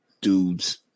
dude's